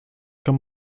kann